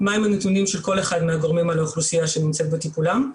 מהם הנתונים של כל אחד מהגורמים על האוכלוסייה שנמצאת בטיפולם,